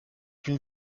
une